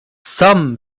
some